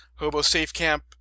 hobosafecamp